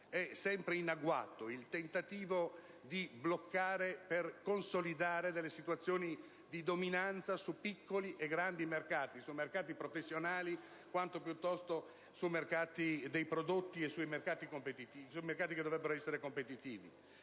Sempre in agguato è il tentativo di bloccare, per consolidare situazioni di dominanza su piccoli e grandi mercati, tanto su quelli professionali, quanto piuttosto su quelli dei prodotti, che dovrebbero essere competitivi.